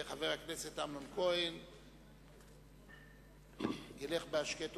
חבר הכנסת אמנון כהן ילך בהשקט